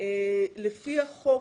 לפי החוק,